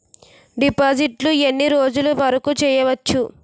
డిపాజిట్లు ఎన్ని రోజులు వరుకు చెయ్యవచ్చు?